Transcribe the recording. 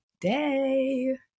day